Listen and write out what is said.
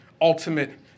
ultimate